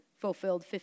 fulfilled